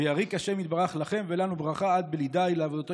ויריק ה' יתברך לכם ולנו ברכה עד בלי די לעבודתו,